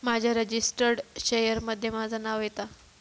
माझ्या registered share मध्ये माझा नाव येता